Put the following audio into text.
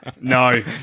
No